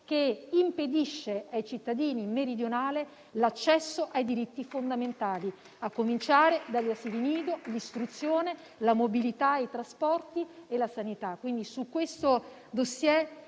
impedisce ai cittadini meridionali l'accesso ai diritti fondamentali, a cominciare da asili nido, istruzione, mobilità, trasporti e sanità. Su questo *dossier*